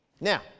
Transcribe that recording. Now